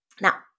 Now